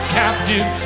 captive